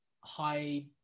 high